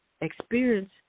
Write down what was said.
experience